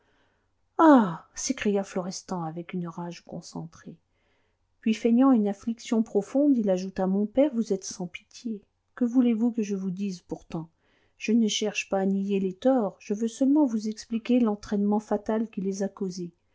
carcan ah s'écria florestan avec une rage concentrée puis feignant une affliction profonde il ajouta mon père vous êtes sans pitié que voulez-vous que je vous dise pourtant je ne cherche pas à nier les torts je veux seulement vous expliquer l'entraînement fatal qui les a causés